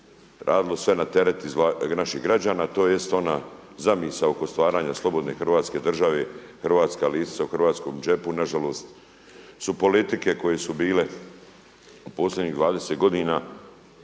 radilo sve na teret naših građana, tj. ona zamisao oko stvaranje slobodne Hrvatske države, hrvatska lisnica u hrvatskom džepu. Nažalost su politike koje su bile u posljednjih 20 godina